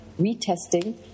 retesting